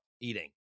eating